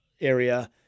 area